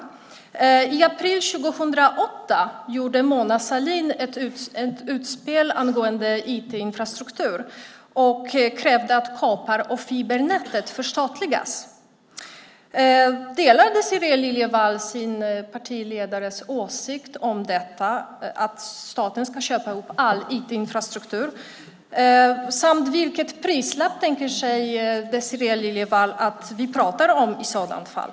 I april 2008 gjorde Mona Sahlin ett utspel angående IT-infrastruktur och krävde att kabel och fibernätet förstatligas. Delar Désirée Liljevall sin partiledares åsikt att staten ska köpa upp all IT-infrastruktur? Vilket pris tänker Désirée Liljevall att vi ska prata om i sådant fall?